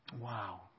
Wow